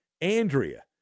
Andrea